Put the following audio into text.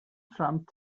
trump